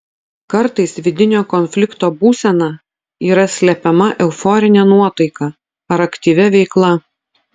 kartais vidinio konflikto būsena yra slepiama euforine nuotaika ar aktyvia veikla